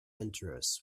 interests